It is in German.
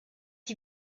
die